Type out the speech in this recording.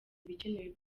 ibikenewe